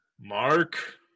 Mark